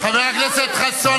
חבר הכנסת חסון,